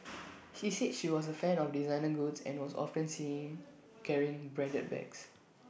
he said she was A fan of designer goods and was often seen carrying branded bags